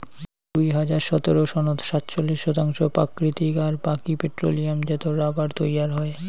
দুই হাজার সতের সনত সাতচল্লিশ শতাংশ প্রাকৃতিক আর বাকি পেট্রোলিয়ামজাত রবার তৈয়ার হয়